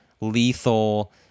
lethal